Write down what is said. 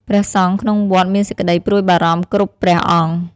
ព្រះសង្ឃក្នុងវត្តមានសេចក្តីព្រួយបារម្ភគ្រប់ព្រះអង្គ។